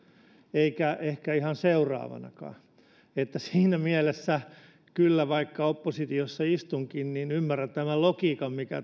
eikä ehkä ihan seuraavanakaan siinä mielessä kyllä vaikka oppositiossa istunkin ymmärrän tämän logiikan mikä